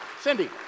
Cindy